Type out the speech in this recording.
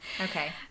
okay